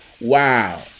wow